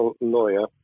lawyer